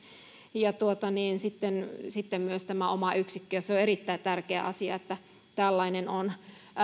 ja sitten sitten myös tämä oma yksikkö se on erittäin tärkeä asia että tällainen on